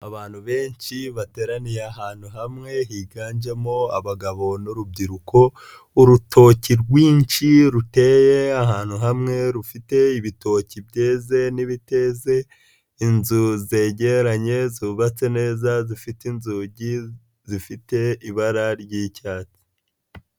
Abantu benshi bateraniye ahantu hamwe higanjemo abagabo n'urubyiruko, urutoki rwinshi ruteye ahantu hamwe, rufite ibitoki byeze n'ibiteze, inzu zegeranye zubatse neza zifite inzugi, zifite ibara ry'icyatsi.